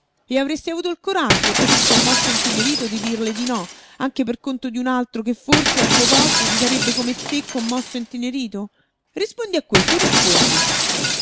e avresti avuto il coraggio cosí commosso e intenerito di dirle di no anche per conto di un altro che forse al tuo posto si sarebbe come te commosso e intenerito rispondi a questo rispondi